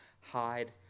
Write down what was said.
hide